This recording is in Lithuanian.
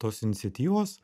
tos iniciatyvos